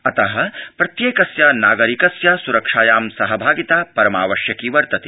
अतः प्रत्येकस्य नागरिकस्य सुरक्षायां सहभागिता परमावश्यकी वर्तते